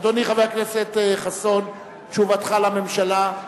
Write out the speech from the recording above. אדוני חבר הכנסת חסון, תשובתך לממשלה.